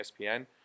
ESPN